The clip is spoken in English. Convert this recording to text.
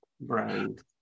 brand